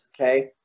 Okay